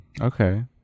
Okay